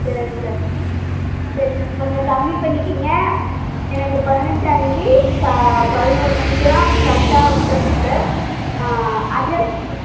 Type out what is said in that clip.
சரி சார் சரி சார் கொஞ்சம் கம்மி பண்ணிக்கோங்க எனக்கு பதினைஞ்சாந்தேதி ஃப பதினொரு மணிக்கெலாம் கரெட்டாக வந்துடணும் சார் அட்ரஸ் சொல்